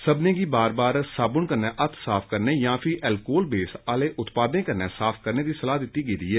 सब्बने गी बार बार साबुन कन्नै हत्थ साफ करने जां फ्ही अलकोल बेस आले उत्पादें कन्नै साफ करने दी सलाह् दित्ती गेदी ऐ